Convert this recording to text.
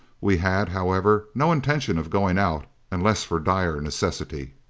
we had, however, no intention of going out unless for dire necessity.